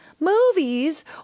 Movies